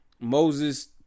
Moses